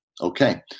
Okay